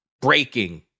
breaking